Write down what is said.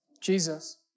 Jesus